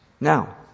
Now